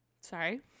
Sorry